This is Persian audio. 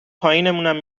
پایینمونم